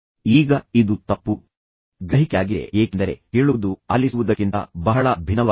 ಈಗ ಇದು ತಪ್ಪು ಗ್ರಹಿಕೆಯಾಗಿದೆ ಏಕೆಂದರೆ ಕೇಳುವುದು ಆಲಿಸುವುದಕ್ಕಿಂತ ಬಹಳ ಭಿನ್ನವಾಗಿದೆ